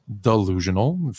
delusional